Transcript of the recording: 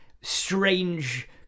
strange